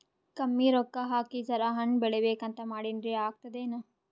ಕಮ್ಮಿ ರೊಕ್ಕ ಹಾಕಿ ಜರಾ ಹಣ್ ಬೆಳಿಬೇಕಂತ ಮಾಡಿನ್ರಿ, ಆಗ್ತದೇನ?